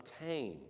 obtain